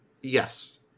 Yes